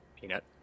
Peanut